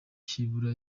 cy’ibura